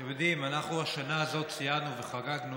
אתם יודעים, השנה הזאת ציינו וחגגנו